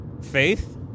faith